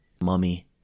mummy